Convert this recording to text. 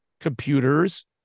computers